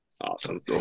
Awesome